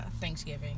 Thanksgiving